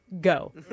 Go